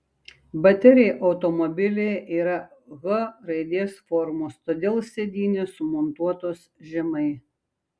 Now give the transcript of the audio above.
baterija automobilyje yra h raidės formos todėl sėdynės sumontuotos žemai